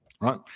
right